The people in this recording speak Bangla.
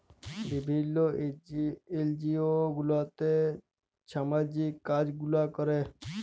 বিভিল্ল্য এলজিও গুলাতে ছামাজিক কাজ গুলা ক্যরে